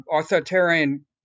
authoritarian